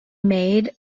made